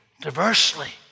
diversely